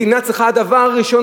מדינה צריכה דבר ראשון,